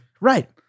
Right